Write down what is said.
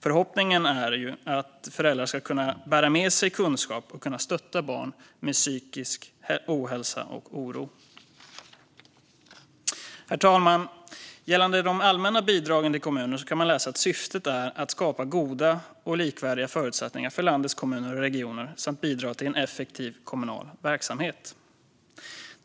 Förhoppningen är att föräldrar ska bära med sig kunskap och kunna stötta barn med psykisk ohälsa och oro. Herr talman! Gällande de allmänna bidragen till kommuner kan man läsa att syftet är att skapa goda och likvärdiga förutsättningar för landets kommuner och regioner samt att bidra till en effektiv kommunal verksamhet.